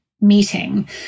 meeting